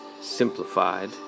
Simplified